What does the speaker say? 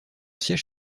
siège